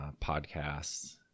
podcasts